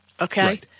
okay